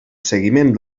seguiment